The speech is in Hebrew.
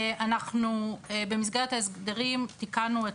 במסגרת ההסדרים תיקנו את